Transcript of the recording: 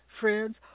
friends